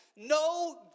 No